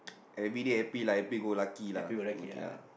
everyday happy lah happy go lucky lah okay lah